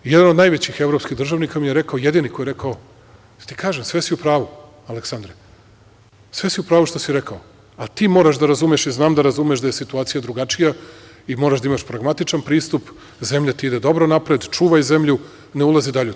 Jedan od najvećih evropskih državnika mi je rekao, jedini koji je rekao, da ti kažem sve si u pravu, Aleksandre, sve si u pravu što si rekao, ali ti moraš da razumeš, jer znam da razumeš, da je situacija drugačija i moraš da imaš pragmatičan pristup, zemlja ti ide dobro napred, čuvaj zemlju, ne ulazi dalje u to.